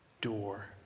door